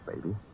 baby